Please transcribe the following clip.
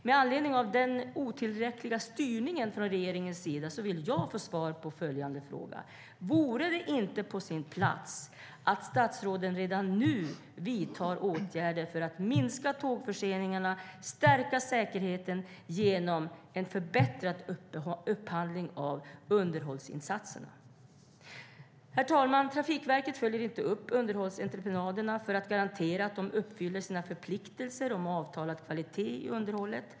Med anledning av den otillräckliga styrningen från regeringens sida vill jag få svar på följande fråga: Vore det inte på sin plats att statsrådet redan nu vidtar åtgärder för att minska tågförseningarna och stärka säkerheten genom en förbättrad upphandling av underhållsinsatserna? Herr talman! Trafikverket följer inte upp underhållsentreprenaderna för att garantera att de uppfyller sina förpliktelser om avtalad kvalitet i underhållet.